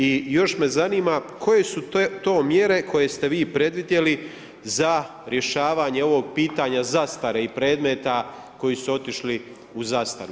I još me zanima koje su to mjere koje ste vi predvidjeli za rješavanje ovog pitanja zastare i predmeta koji su otišli u zastaru.